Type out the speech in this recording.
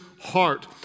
heart